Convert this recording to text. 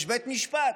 יש בית משפט,